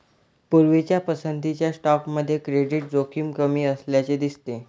पूर्वीच्या पसंतीच्या स्टॉकमध्ये क्रेडिट जोखीम कमी असल्याचे दिसते